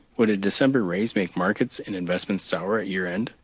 would a december raise make markets and investments sour at year end?